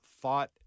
thought